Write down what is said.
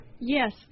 Yes